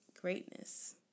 greatness